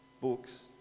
Books